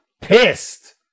Pissed